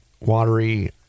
watery